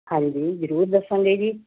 ਹਾਂਜੀ ਜ਼ਰੂਰ ਦੱਸਾਂਗੇ ਜੀ